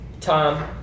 Tom